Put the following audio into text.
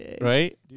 Right